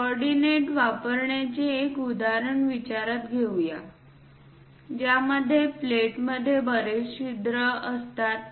coordinate वापरण्याचे एक उदाहरण विचारात घेऊया ज्या मध्ये प्लेटमध्ये बरेच छिद्र असतात